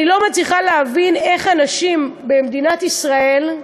אני לא מצליחה להבין איך אנשים במדינת ישראל,